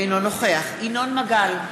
אינו נוכח ינון מגל,